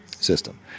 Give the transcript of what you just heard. system